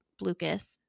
Blucas